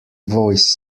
voice